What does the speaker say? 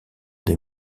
des